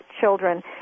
children